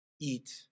eat